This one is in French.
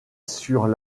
sur